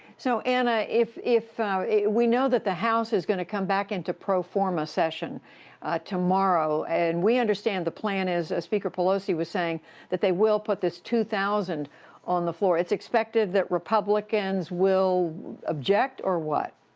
so, anna, if if we know that the house is going to come back into pro forma session tomorrow. and we understand the plan is, ah speaker pelosi was saying that they will put this two thousand dollars on the floor. it's expected that republicans will object, or what?